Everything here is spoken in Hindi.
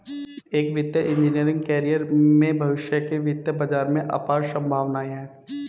एक वित्तीय इंजीनियरिंग कैरियर में भविष्य के वित्तीय बाजार में अपार संभावनाएं हैं